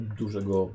dużego